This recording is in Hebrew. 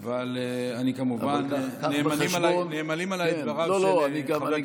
אבל קח בחשבון --- אבל כמובן נאמנים עליי דבריו של חבר הכנסת קיש.